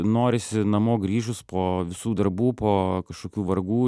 norisi namo grįžus po visų darbų po kažkokių vargų